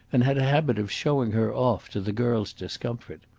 and had a habit of showing her off, to the girl's discomfort.